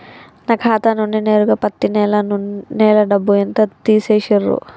నా ఖాతా నుండి నేరుగా పత్తి నెల డబ్బు ఎంత తీసేశిర్రు?